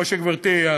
כמו שגברתי,